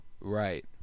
right